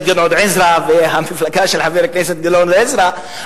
גדעון עזרא והמפלגה של חבר הכנסת גדעון עזרא.